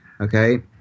Okay